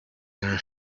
eine